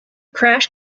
crash